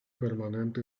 permanente